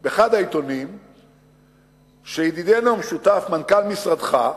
העיתונים שידידנו המשותף, מנכ"ל משרדך,